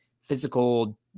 physical